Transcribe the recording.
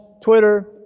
twitter